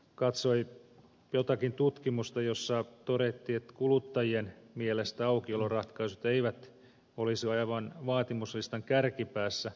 katsoin jotakin tutkimusta jossa todettiin että kuluttajien mielestä aukioloratkaisut eivät olisi aivan vaatimuslistan kärkipäässä